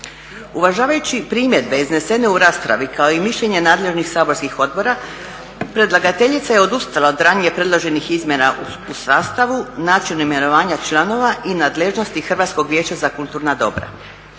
Uvažavajući primjedbe iznesene u raspravi kao i mišljenja nadležnih saborskih odbora predlagateljica je odustala od ranije predloženih izmjena u sastavu i načinu imenovanja članova i nadležnosti Hrvatskog vijeća za kulturna dobra.